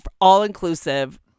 all-inclusive